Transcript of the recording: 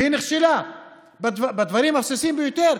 והיא נכשלה בדברים הבסיסיים ביותר,